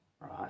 right